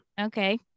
Okay